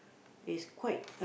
is quite